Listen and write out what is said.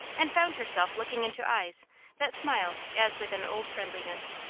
and found herself looking into eyes that smiled as with an old friendliness.